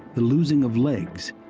the losing of legs,